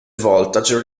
voltage